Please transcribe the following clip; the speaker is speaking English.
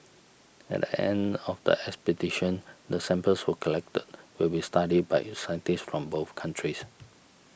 at the end of the expedition the samples who collected will be studied by scientists from both countries